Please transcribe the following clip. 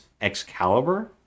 Excalibur